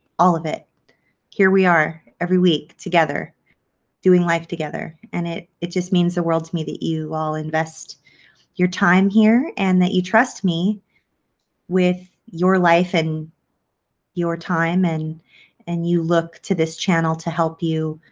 all of it here we are every week together doing life together and it it just means the world to me that you all invest your time here and that you trust me with your life and your time and and you look to this channel to help you